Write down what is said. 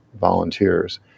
volunteers